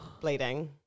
bleeding